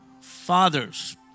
fathers